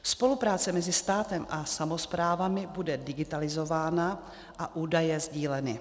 Spolupráce mezi státem a samosprávami bude digitalizována a údaje sdíleny.